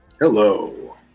Hello